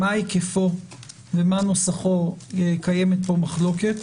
מה היקפו ומה נוסחו קיימת פה מחלוקת.